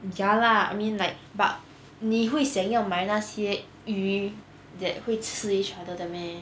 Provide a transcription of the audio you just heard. ya lah I mean like but 你会想要买那些鱼 that 会吃 each other 的 meh